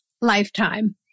lifetime